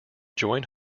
join